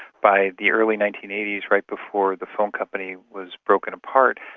by the early nineteen eighty s, right before the phone company was broken apart,